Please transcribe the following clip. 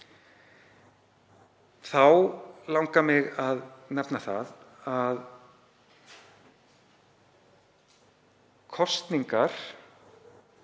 Þá langar mig að nefna það að kosningar